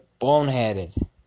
boneheaded